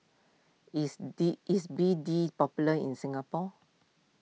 is D is B D popular in Singapore